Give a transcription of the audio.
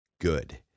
good